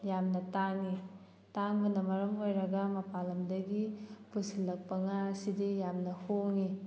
ꯌꯥꯝꯅ ꯇꯥꯡꯉꯤ ꯇꯥꯡꯕꯅ ꯃꯔꯝ ꯑꯣꯏꯔꯒ ꯃꯄꯥꯟ ꯂꯝꯗꯒꯤ ꯄꯨꯁꯤꯜꯂꯛꯄ ꯉꯥꯁꯤꯗꯤ ꯌꯥꯝꯅ ꯍꯣꯡꯉꯤ